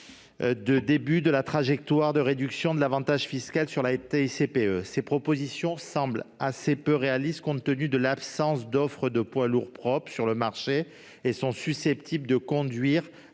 de début de la trajectoire de réduction de l'avantage fiscal sur la TICPE. De telles propositions semblent assez peu réalistes, compte tenu de l'absence d'offre de « poids lourds propres » sur le marché. Leur mise en oeuvre